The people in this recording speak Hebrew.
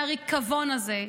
מהריקבון הזה: